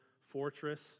fortress